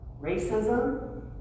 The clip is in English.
racism